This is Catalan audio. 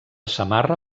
samarra